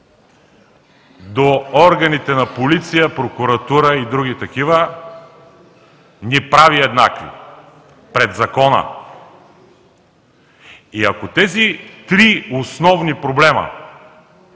до органите на полиция, прокуратура и други такива, ни прави еднакви пред закона. И ако тези три основни проблема